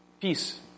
peace